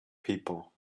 people